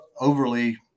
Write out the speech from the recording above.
overly